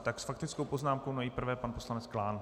Tak s faktickou poznámkou nejprve pan poslanec Klán.